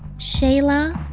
shayla,